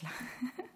אז